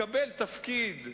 מקבל תפקיד,